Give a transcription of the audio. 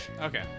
Okay